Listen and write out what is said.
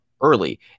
early